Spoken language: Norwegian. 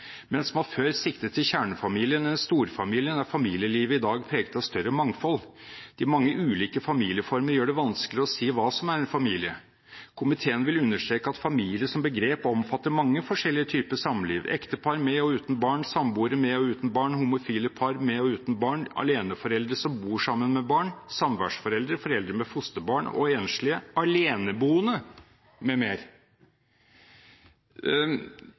før siktet til kjernefamilien eller storfamilien, er familielivet i dag preget av større mangfold. De mange ulike familieformene gjør det vanskelig å si hva som er en familie. Komiteen vil understreke at familie som begrep omfatter mange forskjellige typer samliv: ektepar med og uten barn, samboere med og uten barn, homofile par med og uten barn, aleneforeldre som bor sammen med barn, samværsforeldre, foreldre med fosterbarn og enslige, aleneboende,